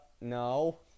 no